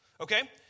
okay